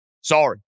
Sorry